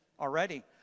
already